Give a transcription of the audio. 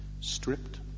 stripped